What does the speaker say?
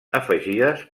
afegides